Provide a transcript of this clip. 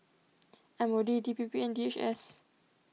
M O D D P P and D H S